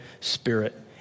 spirit